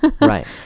right